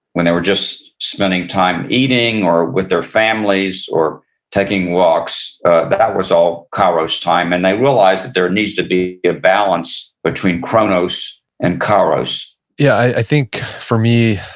when they were just spending time eating, or with their families, or taking walks that was all kairos time. and they realized that there needs to be a balance between chronos and kairos yeah, i think for me,